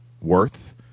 worth